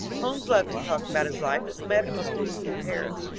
holmes loved to talk about his life as a medical student in paris.